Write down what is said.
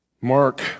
Mark